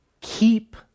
Keep